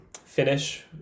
finish